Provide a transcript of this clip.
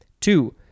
two